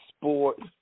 Sports